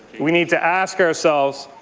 we need to ask ourselves,